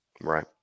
Right